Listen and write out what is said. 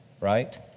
right